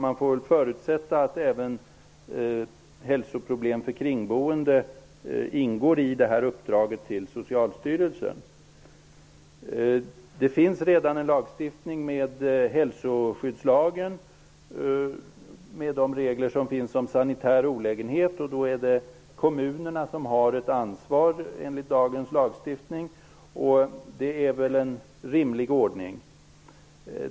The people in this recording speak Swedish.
Man får väl då förutsätta att även hälsoproblem för kringboende ingår i uppdraget till Det finns redan en lagstiftning i form av hälsoskyddslagen och de regler som finns om sanitär olägenhet. Enligt dagens lagstiftning är det kommunerna som har ansvaret, och det är väl en rimlig ordning.